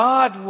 God